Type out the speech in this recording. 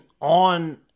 on